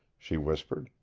she whispered,